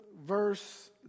Verse